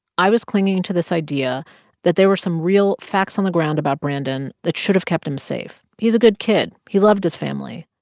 i was clinging to this idea that there were some real facts on the ground about brandon that should've kept him safe. he's a good kid. he loved his family.